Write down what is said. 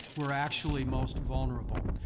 we're actually most vulnerable.